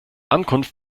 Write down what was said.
ankunft